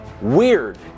weird